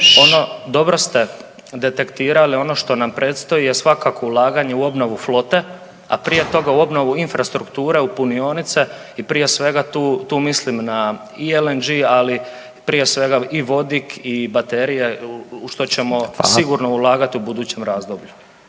dobro. Dobro ste detektirali, ono što nam predstoji je svakako ulaganje u obnovu flote, a prije toga u obnovu infrastrukture u punionice i prije svega tu mislim i na LNG, ali prije svega i vodik i baterija …/Upadica Radin: Hvala./… u što ćemo sigurno ulagati u budućem razdoblju.